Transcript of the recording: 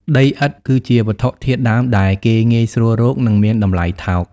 ដីឥដ្ឋ គឺជាវត្ថុធាតុដើមដែលគេងាយស្រួលរក និងមានតម្លៃថោក។